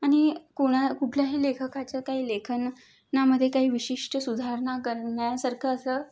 आणि कोणा कुठल्याही लेखकाचं काही लेखन नामदे काही विशिष्ट सुधारणा करण्यासारखं असं